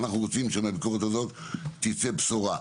אנחנו רוצים שמהביקורת הזאת תצא בשורה.